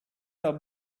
are